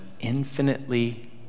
infinitely